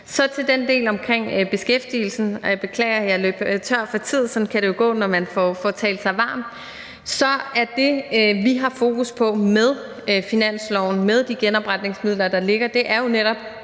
Så til den del omkring beskæftigelsen – og jeg beklager, at jeg løb tør for tid; sådan kan det jo gå, når man får talt sig varm: Det, vi har fokus på med finansloven, med de genopretningsmidler, der ligger, er jo netop